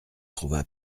trouva